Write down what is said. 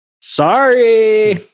Sorry